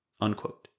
unquote